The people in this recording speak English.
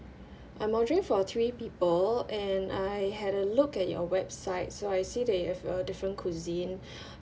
I'm ordering for three people and I had a look at your website so I see that you have a different cuisine